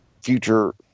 future